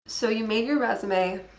so you made your resume,